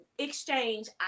exchange